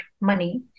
money